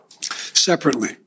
Separately